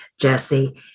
Jesse